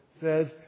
says